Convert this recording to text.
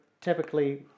typically